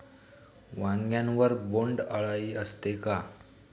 वांग्यावर बोंडअळी असते का?